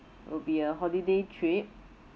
will be a holiday trip